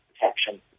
protection